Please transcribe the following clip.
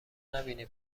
نبینی